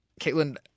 Caitlin